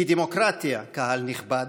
כי דמוקרטיה, קהל נכבד,